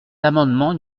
l’amendement